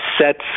sets